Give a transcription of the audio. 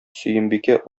сөембикә